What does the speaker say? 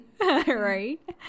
right